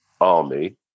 Army